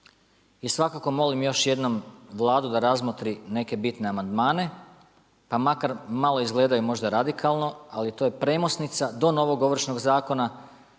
i svakako molim još jednom Vladu da razmotri neke bitne amandmane, pa makar, malo izgledaju možda radikalno, ali to je premosnica do novog Ovršnog zakona